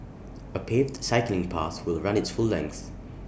A paved cycling path will run its full length